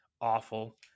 awful